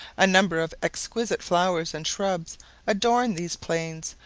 a number of exquisite flowers and shrubs adorn these plains,